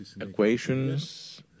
equations